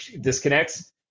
Disconnects